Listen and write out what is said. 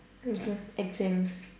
exams